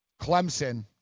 Clemson